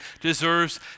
deserves